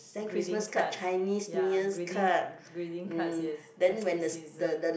greeting cards ya greeting greeting cards yes festive season